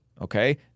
okay